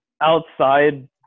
outside